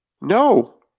No